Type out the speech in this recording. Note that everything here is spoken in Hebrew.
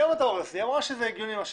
היא אמרה שזה הגיוני מה שהצעתי.